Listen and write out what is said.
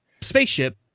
spaceship